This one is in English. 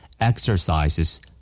Exercises